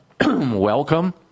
welcome